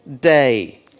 day